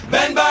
Ben